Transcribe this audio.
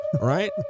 right